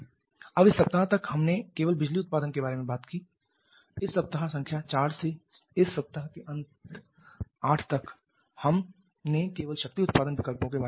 अब इस सप्ताह तक हमने केवल बिजली उत्पादन के बारे में बात की है इस सप्ताह संख्या 4 से इस सप्ताह के अंक 8 तक हमने केवल शक्ति उत्पादन विकल्प के बारे में बात की है